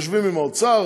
יושבים עם האוצר,